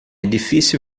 difícil